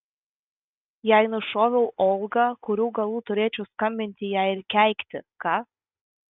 jei nušoviau olgą kurių galų turėčiau skambinti jai ir keikti ką